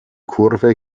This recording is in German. kurve